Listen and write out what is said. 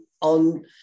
on